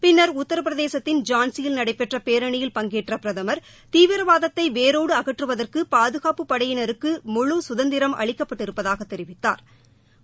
பின்னர் உத்திரபிரதேசத்தின் ஜான்ஸியில் நடைபெற்ற பேரணியில் பங்கேற்ற பிரதமர் தீவிரவாதத்தை வேரோடு அகற்றுவதற்கு பாதுகாப்புப் படையினருக்கு முழு சுதந்திரம் அளிக்கப்பட்டிருப்பதாகத் தெிவித்தாா்